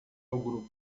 grupo